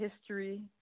history –